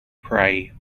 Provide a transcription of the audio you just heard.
pray